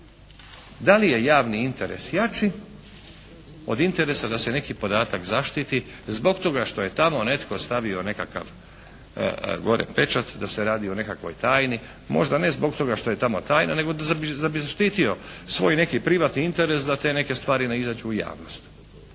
da li je javni interes jači od interesa da se neki podatak zaštiti zbog toga što je tamo netko stavio nekakav gore pečat da se radi o nekakvoj tajni, možda ne zbog toga što je tamo tajna nego da bi zaštitio svoj neki privatni interes da te neke stvari ne izađu u javnost.